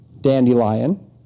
dandelion